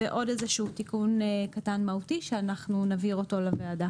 ועוד איזשהו תיקון קטן מהותי שאנחנו נבהיר אותו לוועדה